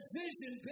vision